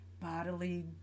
bodily